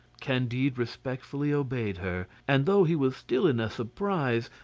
candide respectfully obeyed her, and though he was still in a surprise,